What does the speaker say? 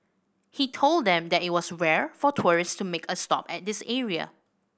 he told them that it was rare for tourists to make a stop at this area